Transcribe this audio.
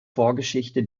vorgeschichte